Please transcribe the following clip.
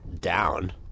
down